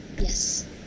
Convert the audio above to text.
Yes